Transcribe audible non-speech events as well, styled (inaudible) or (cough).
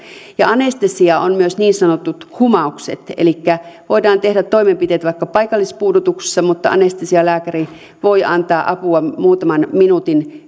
ja anestesiaa ovat myös niin sanotut humaukset elikkä voidaan tehdä toimenpiteitä vaikka paikallispuudutuksessa mutta anestesialääkäri voi antaa apua muutaman minuutin (unintelligible)